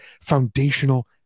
foundational